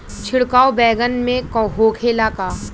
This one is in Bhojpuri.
छिड़काव बैगन में होखे ला का?